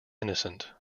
innocence